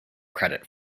credit